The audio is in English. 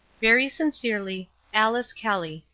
very sincerely, alice kelly.